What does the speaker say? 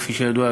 כפי שידוע,